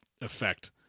effect